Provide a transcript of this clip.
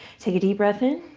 take a deep breath in.